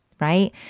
right